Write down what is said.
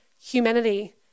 humanity